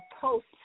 post